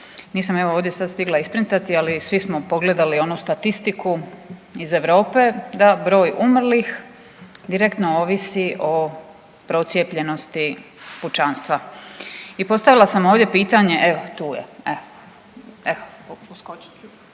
Nisam evo ovdje sad stigla isprintati, ali svi smo pogledali onu statistiku iz Europe da broj umrlih direktno ovisi o procijepljenosti pučanstva. I postavila sam ovdje pitanje, evo tu je evo, evo, poskočit ću,